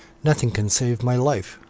nothing can save my life.